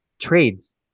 trades